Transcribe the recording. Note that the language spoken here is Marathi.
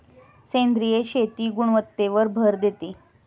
सेंद्रिय शेती गुणवत्तेवर भर देते